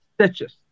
stitches